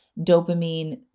dopamine